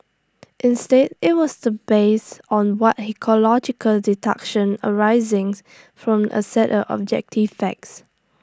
instead IT was based on what he called logical deduction arisings from A set of objective facts